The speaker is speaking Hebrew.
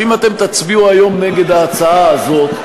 שאם אתם תצביעו היום נגד ההצעה הזאת,